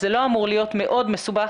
זה לא אמור להיות מאוד מסובך,